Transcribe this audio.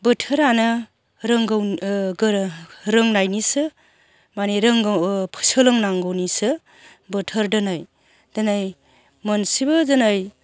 बोथोरानो रोंगौ गोरों रोंनायनिसो माने रोंगौ सोलोंनांगौनिसो बोथोर दोनै दोनै मोनसेबो दोनै